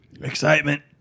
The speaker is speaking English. Excitement